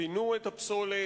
פינו את הפסולת.